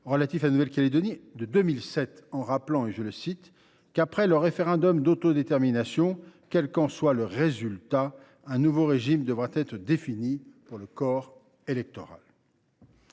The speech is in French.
relatif à la Nouvelle Calédonie de 2007, en rappelant qu’« après le référendum d’autodétermination, quel qu’en soit le résultat, un nouveau régime devra être défini pour le corps électoral